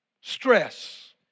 stress